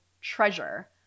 treasure